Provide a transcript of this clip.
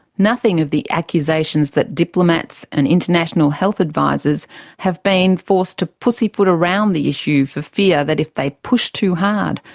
nothing of the accusations that diplomats and international health advisors have been forced to pussy-foot around the issue for fear that if they push too hard,